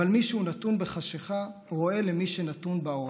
אבל מי שהוא נתון בחשכה רואה למי שנתון באורה".